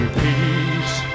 peace